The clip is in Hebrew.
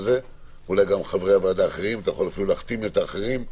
הזה ואפילו תחתים את חברי הוועדה האחרים.